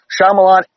Shyamalan